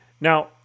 Now